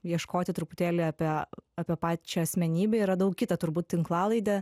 ieškoti truputėlį apie apie pačią asmenybę ir radau kitą turbūt tinklalaidę